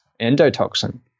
endotoxin